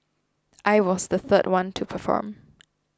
I was the third one to perform